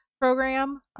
program